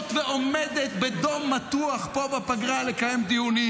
ועומדת בדום מתוח פה בפגרה לקיים דיונים.